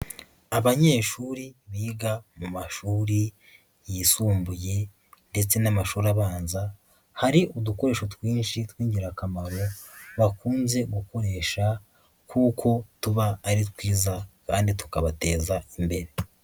Abanyeshuri biga mu mashuri yisumbuye ndetse n'amashuri abanza, hari udukoresho twinshi tw'ingirakamaro bakunze gukoresha kuko tuba ari twiza kandi tukabateza imbere.